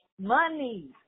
Money